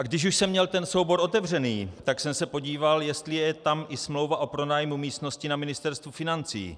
Když už jsem měl ten soubor otevřený, tak jsem se podíval, jestli je tam i smlouva o pronájmu místnosti na Ministerstvu financí.